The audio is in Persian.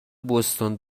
بوستون